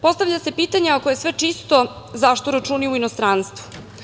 Postavlja se pitanje ako je sve čisto zašto računi u inostranstvu?